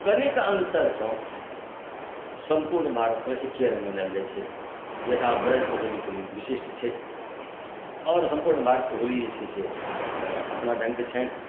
कनेक अन्तरसँ सम्पूर्ण भारतमे एके रङ्ग मनायल जाइत छै यथा ब्रजके होली कनी विशिष्ट छै आओर सम्पूर्ण भारतके होली जे छै से अपना ढङ्गके छनि